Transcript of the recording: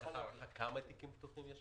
יש לך מושג כמה תיקים פתוחים יש?